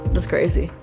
that's crazy.